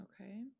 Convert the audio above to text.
Okay